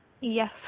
Yes